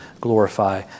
glorify